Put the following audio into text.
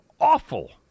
awful